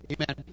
Amen